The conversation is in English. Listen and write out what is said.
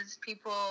people